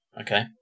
Okay